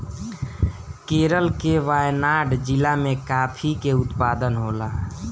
केरल के वायनाड जिला में काफी के उत्पादन होला